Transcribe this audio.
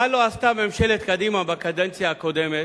מה לא עשתה ממשלת קדימה בקדנציה הקודמת,